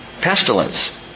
Pestilence